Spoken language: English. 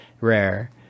Rare